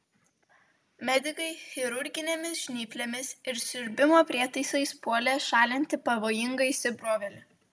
medikai chirurginėmis žnyplėmis ir siurbimo prietaisais puolė šalinti pavojingą įsibrovėlį